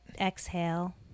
exhale